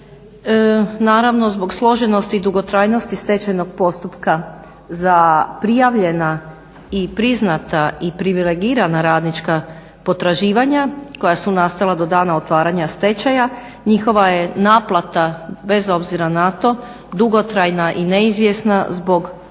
naravno zbog složenosti i dugotrajnosti postupka za prijavljena i priznata i privilegirana radnička potraživanja koja su nastala do dana otvaranja stečaja njihova je naplata bez obzira na to dugotrajna i neizvjesna zbog dužine